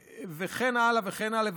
וכן הלאה וכן הלאה.